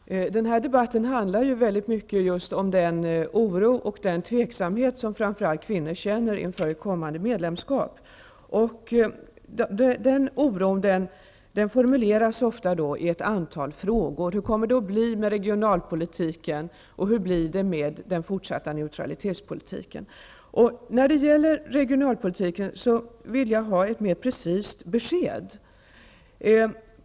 Herr talman! Den här debatten handlar mycket om den oro och tveksamhet som framför allt kvinnor känner inför ett kommande medlemskap. Oron formuleras ofta i ett antal frågor. Hur kommer det att bli med regionalpolitiken? Hur blir det med den fortsatta neutralitetspolitiken? När det gäller regionalpolitiken vill jag ha ett mer precist besked.